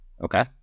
Okay